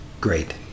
great